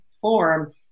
form